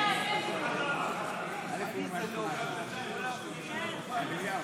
ההסתייגויות לסעיף 08 בדבר הפחתת תקציב לא נתקבלו.